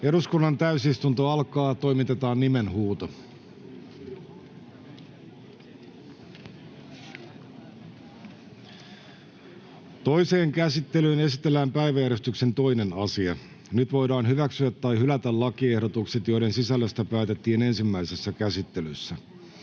siihen liittyviksi laeiksi Time: N/A Content: Toiseen käsittelyyn esitellään päiväjärjestyksen 2. asia. Nyt voidaan hyväksyä tai hylätä lakiehdotukset, joiden sisällöstä päätettiin ensimmäisessä käsittelyssä.